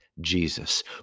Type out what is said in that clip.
Jesus